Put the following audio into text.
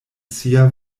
sia